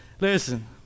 Listen